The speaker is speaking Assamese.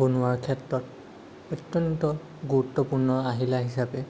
বনোৱাৰ ক্ষেত্ৰত অত্যন্ত গুৰুত্বপূৰ্ণ আহিলা হিচাপে